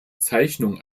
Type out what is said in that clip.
zeichnung